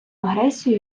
агресію